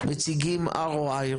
מציגים ROI,